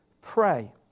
pray